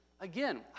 again